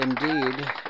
Indeed